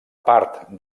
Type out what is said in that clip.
part